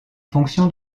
fonction